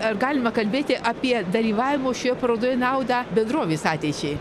ar galima kalbėti apie dalyvavimo šioje parodoje naudą bendrovės ateičiai